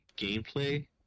gameplay